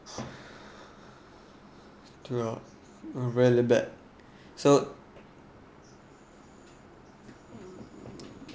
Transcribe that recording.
ya really bad so